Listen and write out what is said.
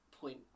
point